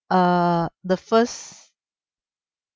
uh the first